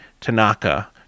Tanaka